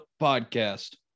podcast